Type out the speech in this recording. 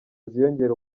ziyongera